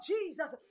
Jesus